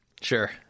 sure